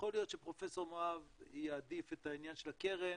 יכול להיות שפרופ' מואב יעדיף את העניין של הקרן